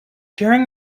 during